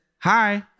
Hi